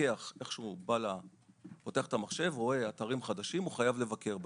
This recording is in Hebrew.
המפקח כשהוא פותח את המחשב ורואה אתרים חדשים הוא חייב לבקר בהם.